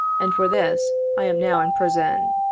and for this i am now in prison.